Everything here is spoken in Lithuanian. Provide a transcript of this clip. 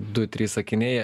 du trys sakiniai